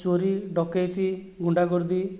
ଚୋରି ଡକାୟତି ଗୁଣ୍ଡାଗର୍ଦ୍ଦି